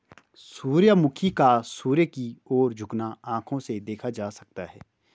सूर्यमुखी का सूर्य की ओर झुकना आंखों से देखा जा सकता है